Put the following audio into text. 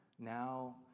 Now